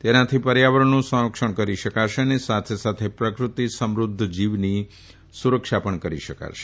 તેનાથી પર્યાવરણનું સંરક્ષણ કરી શકાશે અને સાથે પ્રકૃતિ સમૃદ્ધિ જીવની સુરક્ષા કરી શકાશે